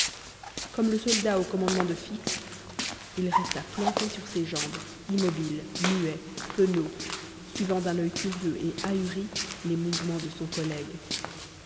comme le soldat au commandement de fixe il resta planté sur ses jambes immobile muet penaud suivant d'un œil curieux et ahuri les mouvements de son collègue